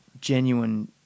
genuine